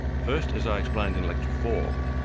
first, as i explained in lecture four,